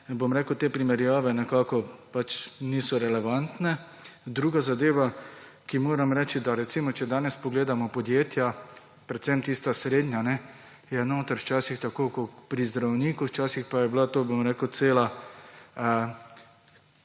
bom rekel, te primerjave niso relevantne. Druga zadeva, ki jo moram povedati. Če recimo danes pogledamo podjetja, predvsem tista srednja, je notri včasih tako kot pri zdravniku, včasih pa je bila to, bom rekel, cela